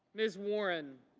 ms. warren.